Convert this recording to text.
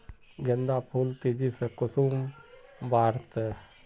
गेंदा फुल तेजी से कुंसम बार से?